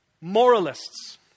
moralists